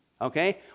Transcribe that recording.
Okay